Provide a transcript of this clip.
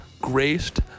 graced